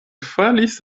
falis